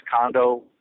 condo